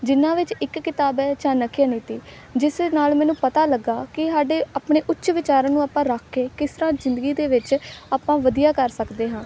ਜਿਨ੍ਹਾਂ ਵਿੱਚ ਇੱਕ ਕਿਤਾਬ ਹੈ ਚਾਣਕਿਆ ਨੀਤੀ ਜਿਸ ਨਾਲ ਮੈਨੂੰ ਪਤਾ ਲੱਗਾ ਕਿ ਸਾਡੇ ਆਪਣੇ ਉੱਚ ਵਿਚਾਰਾਂ ਨੂੰ ਆਪਾਂ ਰੱਖ ਕੇ ਕਿਸ ਤਰ੍ਹਾਂ ਜ਼ਿੰਦਗੀ ਦੇ ਵਿੱਚ ਆਪਾਂ ਵਧੀਆ ਕਰ ਸਕਦੇ ਹਾਂ